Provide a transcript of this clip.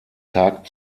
tag